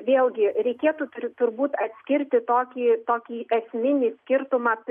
vėlgi reikėtų tur turbūt atskirti tokį tokį esminį skirtumą